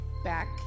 back